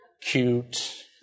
cute